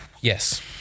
Yes